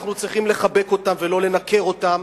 אנחנו צריכים לחבק אותם ולא לנכר אותם.